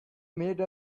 made